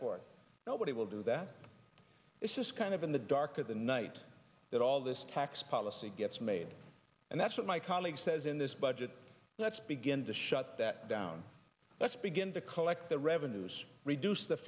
it nobody will do that this is kind of in the dark of the night that all this tax policy gets made and that's what my colleague says in this budget let's begin to shut that down let's begin to collect the revenues reduce the